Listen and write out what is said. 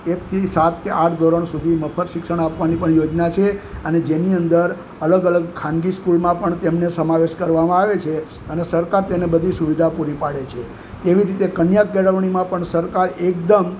એકથી સાત કે આઠ ધોરણ સુધી મફત શિક્ષણ આપવાની પણ યોજના છે અને જેની અંદર અલગ અલગ ખાનગી સ્કૂલમાં પણ તેમને સમાવેશ કરવામાં આવે છે અને સરકાર તેને બધી સુવિધા પૂરી પાડે છે તેવી રીતે કન્યા કેળવણીમાં પણ સરકાર એકદમ